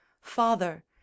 father